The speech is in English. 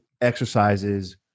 exercises